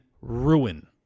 ruin